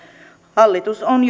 hallitus on